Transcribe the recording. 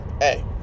hey